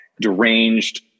deranged